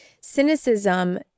cynicism